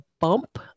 bump